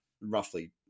roughly